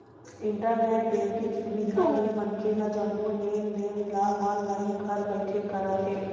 internet banking सुबिधा ले मनखे ह जम्मो लेन देन ल ऑनलाईन घर बइठे करत हे